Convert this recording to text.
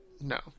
No